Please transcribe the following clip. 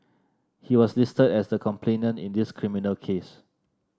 he was listed as the complainant in this criminal case